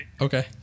Okay